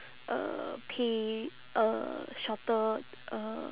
uh pay uh shorter uh